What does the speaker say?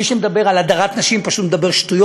מי שמדבר על הדרת נשים פשוט מדבר שטויות.